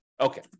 Okay